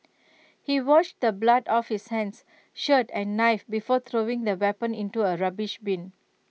he washed the blood off his hands shirt and knife before throwing the weapon into A rubbish bin